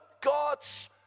God's